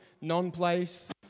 non-place